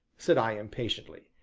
said i impatiently.